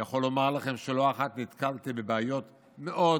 יכול לומר לכם שלא אחת נתקלתי בבעיות מאוד